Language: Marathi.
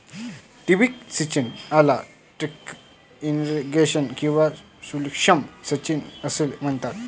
ठिबक सिंचन याला ट्रिकल इरिगेशन किंवा सूक्ष्म सिंचन असेही म्हणतात